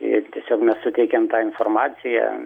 ir tiesiog nesuteikiant tą informaciją